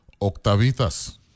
Octavitas